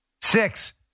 Six